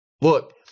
Look